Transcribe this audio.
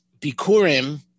Bikurim